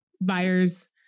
buyers